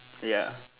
ya